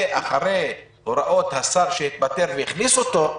אחרי הוראות השר שהתפטר והכניס אותו,